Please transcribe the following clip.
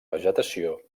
vegetació